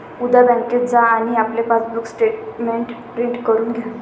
उद्या बँकेत जा आणि आपले पासबुक स्टेटमेंट प्रिंट करून घ्या